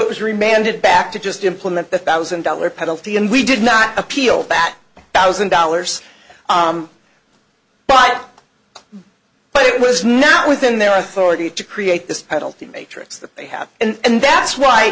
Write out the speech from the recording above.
it was remanded back to just implement the thousand dollar penalty and we did not appeal that thousand dollars but but it was not within their authority to create this penalty matrix that they have and that's why